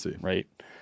Right